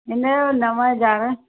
हिनजो नव हज़ार